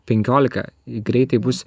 penkiolika greitai bus